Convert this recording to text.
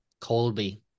Colby